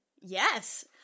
yes